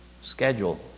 schedule